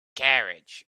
carriage